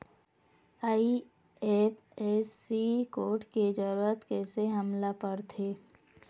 IFSC code के जरूरत कैसे हमन ला पड़थे?